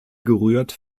gerührt